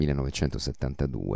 1972